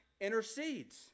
intercedes